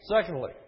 Secondly